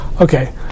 Okay